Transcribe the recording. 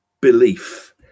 belief